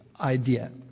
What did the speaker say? idea